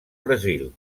brasil